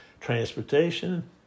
Transportation